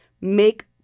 Make